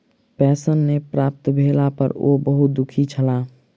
pension नै प्राप्त भेला पर ओ बहुत दुःखी छला